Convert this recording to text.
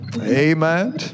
amen